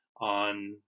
on